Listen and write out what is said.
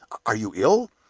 are you ill?